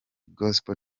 gospel